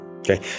okay